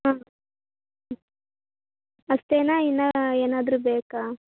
ಹಾಂ ಅಷ್ಟೇಯಾ ಇನ್ನೂ ಏನಾದರೂ ಬೇಕಾ